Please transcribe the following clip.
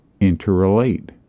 interrelate